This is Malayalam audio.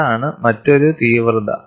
അതാണ് മറ്റൊരു തീവ്രത